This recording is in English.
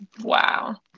Wow